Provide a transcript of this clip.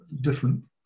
different